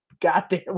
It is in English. goddamn